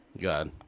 God